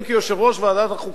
אם כי יושב-ראש ועדת החוקה,